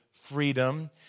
freedom